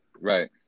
Right